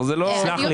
סלח לי,